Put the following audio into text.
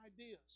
ideas